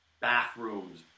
bathrooms